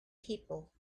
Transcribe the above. people